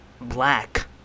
Black